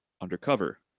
undercover